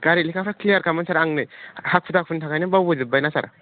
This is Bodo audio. गारि लेखाफ्रा क्लियार खामोन सार आं नै हाखु दाखु नि थाखायनो बावबो जोबबाय ना सार